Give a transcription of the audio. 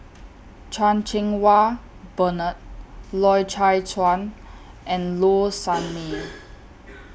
Chan Cheng Wah Bernard Loy Chye Chuan and Low Sanmay